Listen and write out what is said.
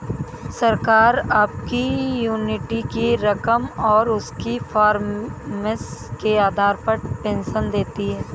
सरकार आपकी एन्युटी की रकम और उसकी परफॉर्मेंस के आधार पर पेंशन देती है